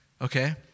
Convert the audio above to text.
Okay